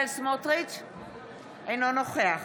אינו נוכח